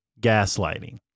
gaslighting